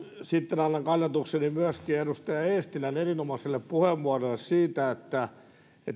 sitten annan kannatukseni myöskin edustaja eestilän erinomaiselle puheenvuorolle siitä että